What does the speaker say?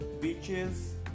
beaches